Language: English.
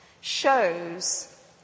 shows